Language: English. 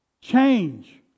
Change